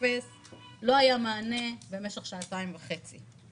לא היה מענה במשך שעתיים וחצי.